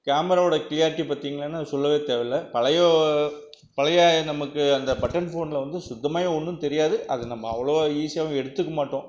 கேமராவோட கிளியாரிட்டி பார்த்திங்கனா சொல்ல தேவையில்ல பழைய பழைய நமக்கு அந்த பட்டன் ஃபோனில் வந்து சுத்தமாகவே ஒன்றும் தெரியாது அது நம்ம அவ்வளவா ஈசியாகவும் எடுத்துக்க மாட்டோம்